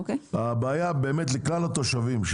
הבעיה היא לכלל התושבים,